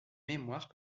mémoires